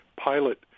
pilot